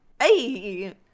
hey